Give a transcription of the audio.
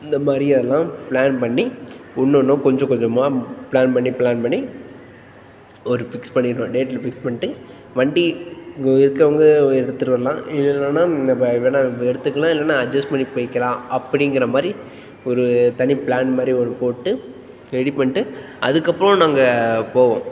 இந்த மாதிரி எல்லாம் ப்ளான் பண்ணி ஒன்னொன்னும் கொஞ்சம் கொஞ்சமாக ப்ளான் பண்ணி ப்ளான் பண்ணி ஒரு ஃபிக்ஸ் பண்ணிடுவோம் டேட்டில் ஃபிக்ஸ் பண்ணிட்டு வண்டி இருக்கிறவங்க எடுத்துட்டு வரலாம் இல்லைன்னா நம்ம வேணுனா எடுத்துக்கலாம் இல்லைன்னா அட்ஜஸ்ட் பண்ணிப் போய்க்கலாம் அப்படிங்கற மாதிரி ஒரு தனி ப்ளான் மாதிரி ஒரு போட்டு ரெடி பண்ணிட்டு அதுக்கப்புறம் நாங்கள் போவோம்